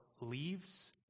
leaves